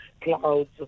clouds